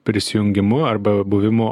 prisijungimu arba buvimu